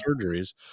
surgeries